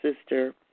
sister